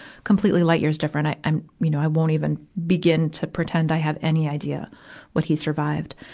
completely light years different. i, i'm, you know, i won't even begin to pretend i have any idea what he survived.